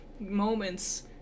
moments